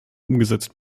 umgesetzt